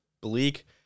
bleak